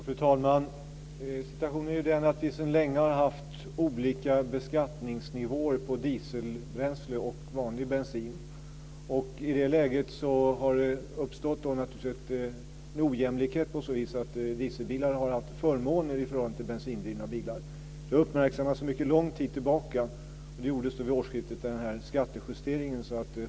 Fru talman! Situationen är den att vi sedan länge har haft olika beskattningsnivåer på dieselbränsle och vanlig bensin. I det läget har det uppstått en ojämlikhet på så vis att dieselbilar har haft förmåner i förhållande till bensindrivna bilar. Det har uppmärksammats sedan mycket lång tid tillbaka. Det gjordes nu vid årsskiftet en skattejustering.